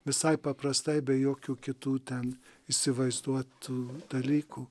visai paprastai be jokių kitų ten įsivaizduotų dalykų